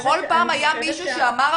בכל פעם היה מישהו שאמר,